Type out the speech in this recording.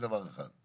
הדבר השני :